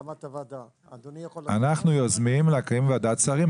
אנחנו יוזמים הקמה של ועדת שרים,